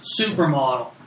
supermodel